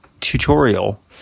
tutorial